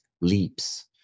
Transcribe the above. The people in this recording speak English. leaps